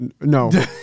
No